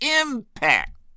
impact